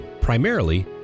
primarily